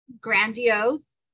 grandiose